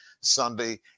Sunday